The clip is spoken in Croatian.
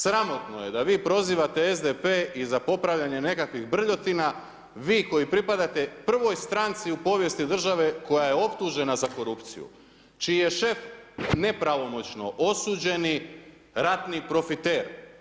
Sramotno je da vi prozivate SDP i za popravljanje nekakvih brljotina, vi koji pripadate prvoj stranci u povijesti države koja je optužena za korupciju, čiji je šef nepravomoćno osuđeni ratni profiter.